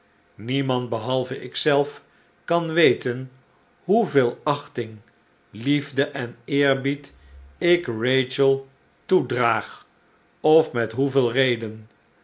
niemand behalve ik zelf kan weten hoeveel achting liefde en eerbied ik rachel toedraag of met hoeveel reden